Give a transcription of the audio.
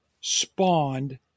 spawned